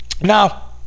Now